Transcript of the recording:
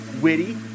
witty